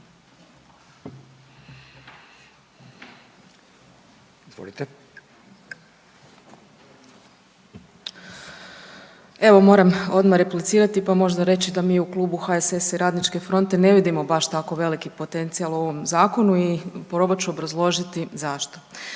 (RF)** Evo moram odmah replicirati, pa možda reći da mi u Klubu HSS-a i RF-a ne vidimo baš tako veliki potencijal u ovom zakonu i probat ću obrazložiti zašto.